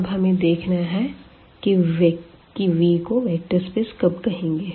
तो अब हमें देखना है कि V को वेक्टर स्पेस कब कहेंगे